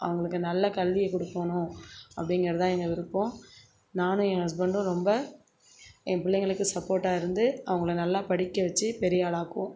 அவங்களுக்கு நல்ல கல்வியை கொடுக்கணும் அப்படிங்கிறது தான் எங்கள் விருப்பம் நானும் என் ஹஸ்பண்டும் ரொம்ப என் பிள்ளைங்களுக்கு சப்போர்ட்டாக இருந்து அவங்கள நல்லா படிக்க வச்சு பெரியாளாக ஆக்குவோம்